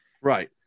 Right